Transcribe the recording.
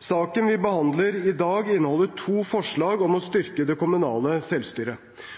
Saken vi behandler i dag, inneholder to forslag om å styrke det kommunale selvstyret: